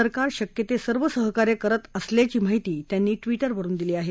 सरकार शक्य ते सर्व सहकार्य करत असल्याची माहिती त्यांनी ट्विटरवरून दिली आहे